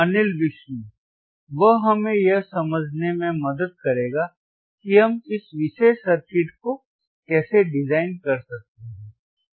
अनिल विष्णु वह हमें यह समझने में मदद करेगा कि हम इस विशेष सर्किट को कैसे डिजाइन कर सकते हैं